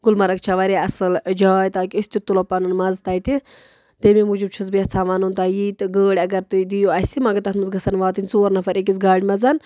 گُلمرگ چھےٚ واریاہ اَصٕل جاے تاکہِ أسۍ تہِ تُلو پَنُن مَزٕ تَتہِ تَمی موٗجوٗب چھَس بہٕ یَژھان وَنُن تۄہہِ یی تہٕ گٲڑۍ اَگر تُہۍ دِیو اَسہِ مگر تَتھ منٛز گژھن واتٕنۍ ژور نَفر أکِس گاڑِ منٛز